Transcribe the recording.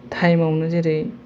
थायमावनो जेरै